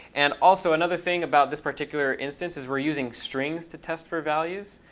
and also, another thing about this particular instance is we're using strings to test for values.